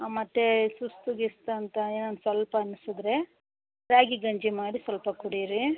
ಮತ್ತು ಸುಸ್ತು ಗಿಸ್ತು ಅಂತ ಏನಾರ್ ಸ್ವಲ್ಪ ಅನ್ನಿಸಿದ್ರೆ ರಾಗಿ ಗಂಜಿ ಮಾಡಿ ಸ್ವಲ್ಪ ಕುಡೀರಿ